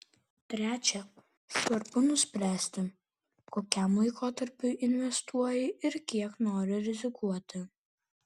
trečia svarbu nuspręsti kokiam laikotarpiui investuoji ir kiek nori rizikuoti